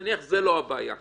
נניח שזו לא הבעיה כרגע.